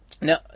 Now